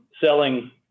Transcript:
selling